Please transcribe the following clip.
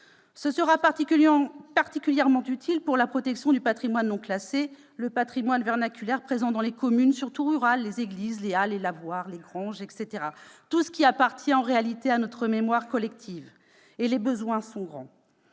Ce sera particulièrement utile pour la protection du patrimoine non classé, patrimoine vernaculaire présent surtout dans les communes rurales : les églises, les halles, les lavoirs ou encore les granges. C'est tout ce qui appartient à notre mémoire collective. Les besoins sont grands.